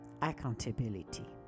accountability